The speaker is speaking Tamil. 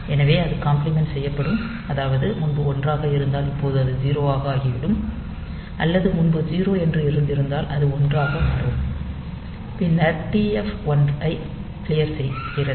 எனவே அது காம்ப்ளிமெண்ட் செய்யப்படும் அதாவது முன்பு 1 ஆக இருந்தால் இப்போது அது 0 ஆகிவிடும் அல்லது முன்பு 0 என்று இருந்திருந்தால் அது 1 ஆக மாறும் பின்னர் TF1 ஐ க்ளியர் செய்கிறது